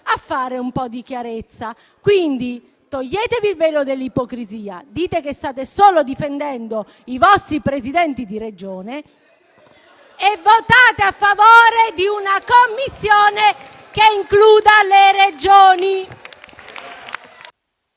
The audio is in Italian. fare un po' di chiarezza. Quindi toglietevi il velo dell'ipocrisia, ammettete che state solo difendendo i vostri Presidenti di Regione *(Commenti)* e votate a favore di una Commissione che includa le Regioni.